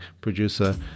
producer